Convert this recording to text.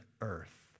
earth